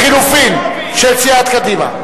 לחלופין של סיעת קדימה.